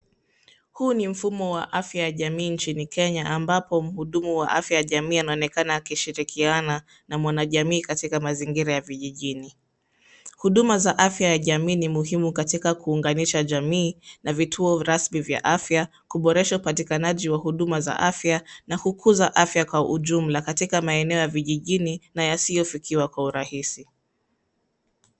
Huu ni mfumo wa afya ya jamii nchini Kenya, ambapo mhudumu wa afya ya jamii anaonekana akishirikiana na mwanajamii katika mazingira ya vijijini. Huduma za afya ya jamii ni muhimu kwa kuunganisha jamii na vituo rasmi vya afya, kuboresha upatikanaji wa huduma za afya, na kukuza afya kwa ujumla katika maeneo ya vijijini na yasiyo fikiwa kwa urahisi.